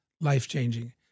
life-changing